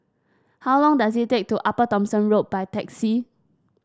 how long does it take to Upper Thomson Road by taxi